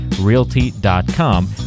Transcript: realty.com